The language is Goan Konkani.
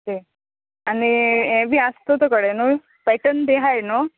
ओके आनी हें बी आसतो तुकोडें न्हू पेटर्न बी आहाय न्हू